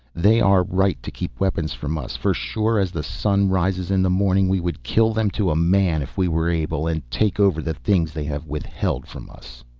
they are right to keep weapons from us for sure as the sun rises in the morning we would kill them to a man if we were able, and take over the things they have withheld from us.